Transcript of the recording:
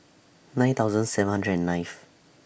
nine thousand seven hundred and ninth